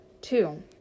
two